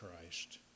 Christ